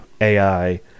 ai